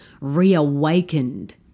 reawakened